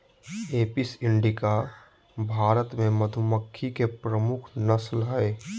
Apis indica Bharat मे मधुमक्खी के प्रमुख नस्ल हय